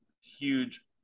huge